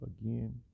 again